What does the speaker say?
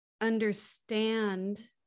understand